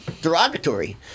derogatory